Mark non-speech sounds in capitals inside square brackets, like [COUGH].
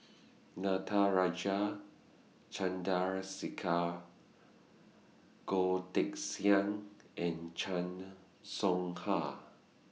Natarajan [UNINTELLIGIBLE] Goh Teck Sian and Chan Soh Ha